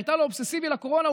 הייתה לו אובססיביות לקורונה,